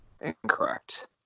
Incorrect